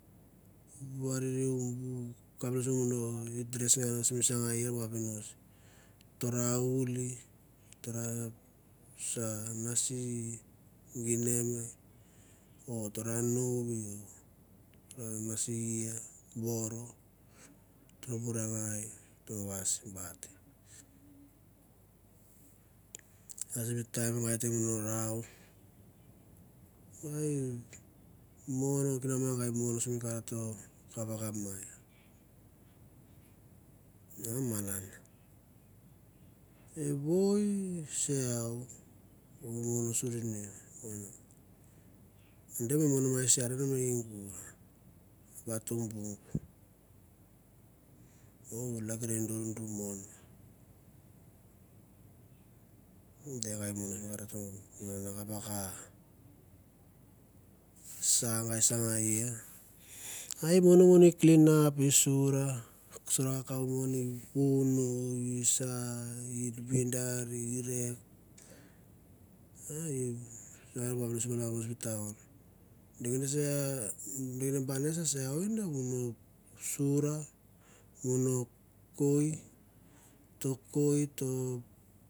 Variriu mo ma mi kapinots tara awits ta ra sa nasl gimem e tara nuvi nasi boro te morangai ote vais bat a sim taim va u te rau oi evoi se iau ong suri no